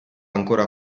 ancora